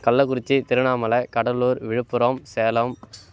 Kallakurichi Tiruvannamalai Cuddalore Villupuram Salem